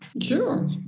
Sure